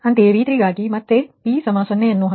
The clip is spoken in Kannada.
ಅಂತೆಯೇ V3 ಗಾಗಿ ನೀವು ಮತ್ತೆ p 0 ಅನ್ನು ಹಾಕಿದ್ದೀರಿ